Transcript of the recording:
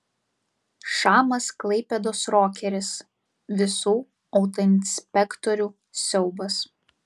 šamas klaipėdos rokeris visų autoinspektorių siaubas